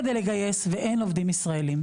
כדי להסביר שאין עובדים ישראלים.